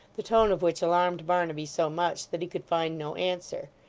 the tone of which alarmed barnaby so much that he could find no answer,